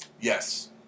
Yes